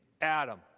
Adam